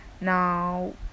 Now